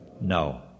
No